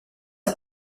are